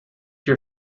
your